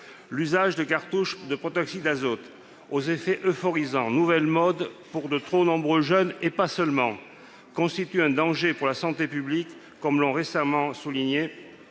L'usage de cartouches de protoxyde d'azote aux effets euphorisants, nouvelle mode pour de trop nombreux jeunes, notamment, constitue un danger pour la santé publique, comme l'ont récemment souligné